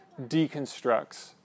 deconstructs